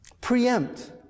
preempt